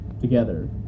together